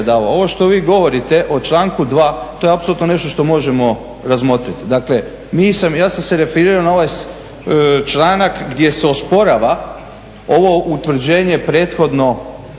Ovo što vi govorite o članku 2. to je apsolutno nešto što možemo razmotriti. Dakle, ja sam se referirao na ovaj članak gdje se osporava ovo utvrđenje prethodno,